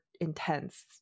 intense